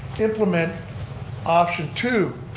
implement option two,